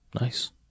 Nice